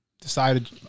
decided